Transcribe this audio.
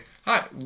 hi